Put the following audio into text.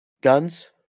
guns